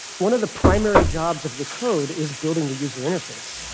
one of the primary jobs of your code is building the user interface.